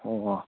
ꯍꯣꯏ ꯍꯣꯏ